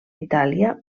itàlia